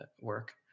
work